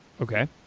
Okay